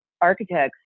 architects